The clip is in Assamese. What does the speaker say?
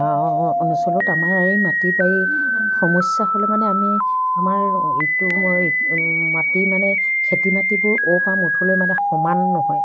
গাঁও অঞ্চলত আমাৰ এই মাটি বাৰী সমস্যা হ'লে মানে আমি আমাৰ ইটো মাটি মানে খেতি মাটিবোৰ অ'ৰ পৰা মূধলৈ মানে সমান নহয়